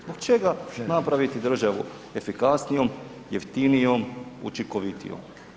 Zbog čega napraviti državu efikasnijom, jeftinijom, učinkovitijom.